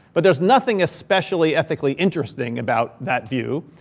but there's nothing especially ethically interesting about that view.